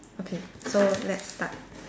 okay so let's start